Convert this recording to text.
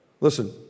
Listen